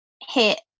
hit